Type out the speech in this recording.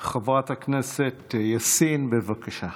חברת הכנסת יאסין, בבקשה.